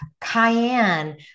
cayenne